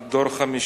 עד דור חמישי,